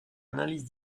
analyse